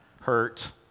hurt